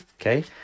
okay